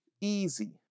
easy